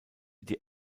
die